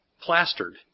plastered